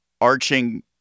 arching